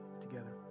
together